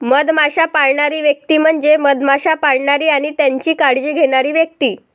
मधमाश्या पाळणारी व्यक्ती म्हणजे मधमाश्या पाळणारी आणि त्यांची काळजी घेणारी व्यक्ती